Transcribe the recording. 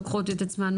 לוקחות את עצמן,